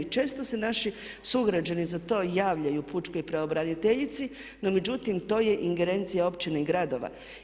Često se naši sugrađani za to javljaju pučkoj pravobraniteljici no međutim to je ingerencija općina i gradova.